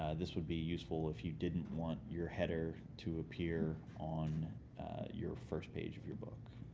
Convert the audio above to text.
ah this would be useful if you didn't want your header to appear on your first page of your book.